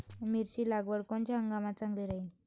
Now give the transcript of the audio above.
मिरची लागवड कोनच्या हंगामात चांगली राहीन?